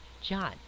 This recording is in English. John